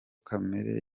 kamere